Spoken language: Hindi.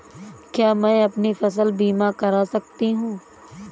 क्या मैं अपनी फसल बीमा करा सकती हूँ?